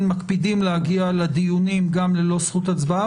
מקפידים להגיע לדיונים גם ללא זכות הצבעה,